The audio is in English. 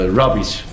rubbish